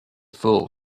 fool